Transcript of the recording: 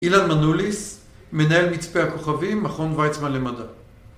אילן מנוליס, מנהל מצפה הכוכבים, מכון ויצמן למדע